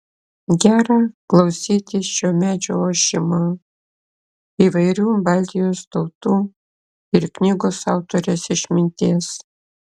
gera klausytis šio medžio ošimo įvairių baltijos tautų ir knygos autorės išminties